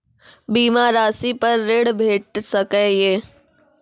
बीमा रासि पर ॠण भेट सकै ये?